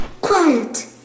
Quiet